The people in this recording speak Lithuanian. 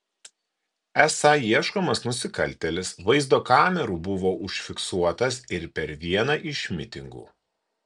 esą ieškomas nusikaltėlis vaizdo kamerų buvo užfiksuotas ir per vieną iš mitingų